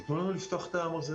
תיתנו לנו לפתוח את המוזיאון.